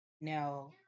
Now